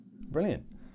Brilliant